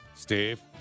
Steve